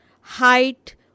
height